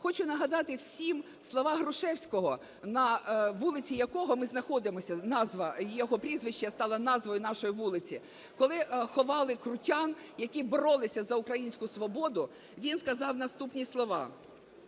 Хочу нагадати всім слова Грушевського, на вулиці якого ми знаходимося, назва, його прізвище стало назвою нашої вулиці. Коли ховали крутян, які боролися за українську свободу, він сказав наступні слова: